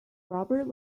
robert